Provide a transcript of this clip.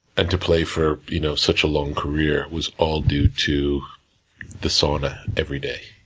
and to play for you know such a long career, was all due to the sauna, every day.